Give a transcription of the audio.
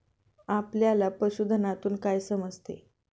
आपल्याला पशुधनातून काय समजते?